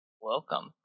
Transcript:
Welcome